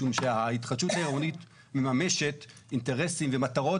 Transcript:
משום שההתחדשות העירונית מממשת אינטרסים ומטרות